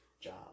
job